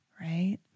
right